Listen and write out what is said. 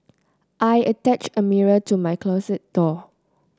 I attached a mirror to my closet door